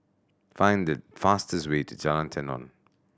find the fastest way to Jalan Tenon